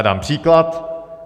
Dám příklad.